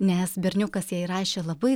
nes berniukas jai rašė labai